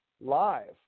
live